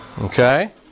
Okay